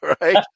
Right